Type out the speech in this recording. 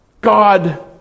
God